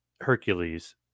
Hercules